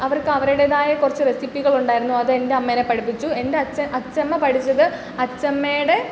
അവർക്ക് അവരുടേതായ കുറച്ച് റെസിപ്പികളുണ്ടായിരുന്നു അതെൻ്റെ അമ്മേനെ പഠിപ്പിച്ചു എൻ്റച്ഛൻ അച്ചമ്മ പഠിച്ചത് അച്ചമ്മേടെ